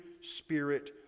spirit